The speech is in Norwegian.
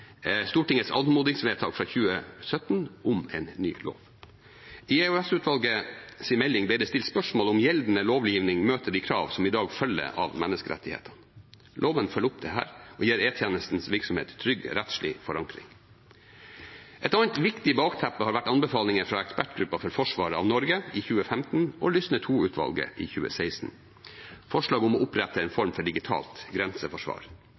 Stortingets anmodningsvedtak fra 2017 om en ny lov. I EOS-utvalgets melding ble det stilt spørsmål om gjeldende lovgivning møter de krav som i dag følger av menneskerettighetene. Loven følger opp dette og gir E-tjenestens virksomhet en trygg rettslig forankring. Et annet viktig bakteppe har vært anbefalinger fra ekspertgruppa for forsvaret av Norge i 2015 og Lysne II-utvalget i 2016 – forslag om å opprette en form for digitalt grenseforsvar.